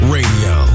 Radio